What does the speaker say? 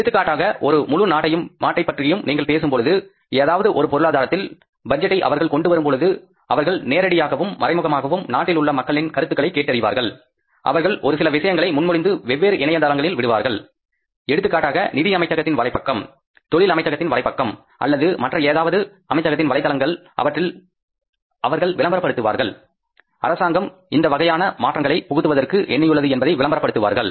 எடுத்துக்காட்டாக ஒரு முழு நாட்டைப் பற்றியும் நீங்கள் பேசும் பொழுது ஏதாவது ஒரு பொருளாதாரத்தில் பட்ஜெட்டை அவர்கள் கொண்டு வரும் பொழுது அவர்கள் நேரடியாகவும் மறைமுகமாகவும் நாட்டில் உள்ள மக்களின் கருத்துகளை கேட்டறிவார்கள் அவர்கள் ஒரு சில விஷயங்களை முன்மொழிந்து வெவ்வேறு இணையதளங்களில் விடுவார்கள் எடுத்துக்காட்டாக நிதி அமைச்சகத்தின் வலைப்பக்கம் தொழில் அமைச்சகத்தின் வலைப்பக்கம் அல்லது மற்ற ஏதாவது அமைச்சகத்தின் வலைத்தளங்கள் அவற்றில் அவர்கள் விளம்பரபடுத்துவார்கள் அரசாங்கம் இந்த வகையான மாற்றங்களை புகுவதற்காக எண்ணியுள்ளது என்பதை விளம்பரப்படுத்துவார்கள்